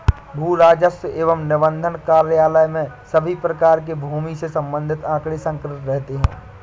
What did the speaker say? भू राजस्व एवं निबंधन कार्यालय में सभी प्रकार के भूमि से संबंधित आंकड़े संकलित रहते हैं